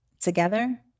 Together